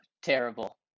terrible